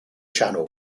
channel